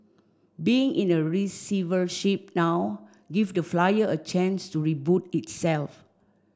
being in the receivership now give the flyer a chance to reboot itself